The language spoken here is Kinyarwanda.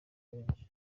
benshi